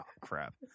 crap